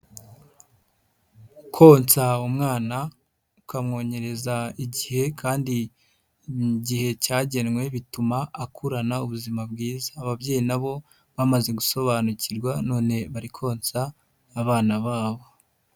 Konsa umwana ukamwonyereza igihe kandi igihe cyagenwe bituma akurana ubuzima bwiza, ababyeyi na bo bamaze gusobanukirwa none bari konsa abana babo.